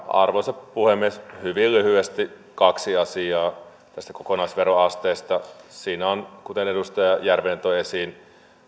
arvoisa puhemies hyvin lyhyesti kaksi asiaa tästä kokonaisveroasteesta kuten edustaja järvinen toi esiin